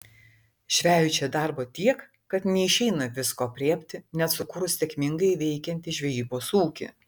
žvejui čia darbo tiek kad neišeina visko aprėpti net sukūrus sėkmingai veikiantį žvejybos ūkį